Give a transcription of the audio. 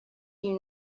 you